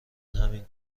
همین